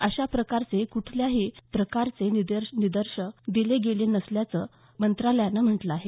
अशाप्रकारचे कुठल्याही प्रकारचे निर्देश दिले गेले नसल्याचं मंत्रालयानं म्हटलं आहे